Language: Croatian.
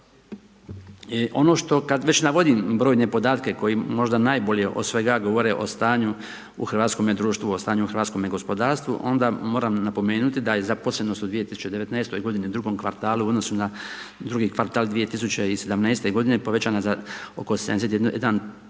I ono što kad već navodim brojne podatke, koje možda najbolje govore o stanju u hrvatskome društvu, o stanju u hrvatskome gospodarstvu, onda moram napomenuti, da je zaposlenost u 2019. g. u drugom kvartalu u odnosu na 2 kvartal 2017. g. povećana za oko 71 tisuću